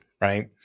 right